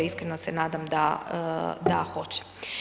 Iskreno se nadam da hoće.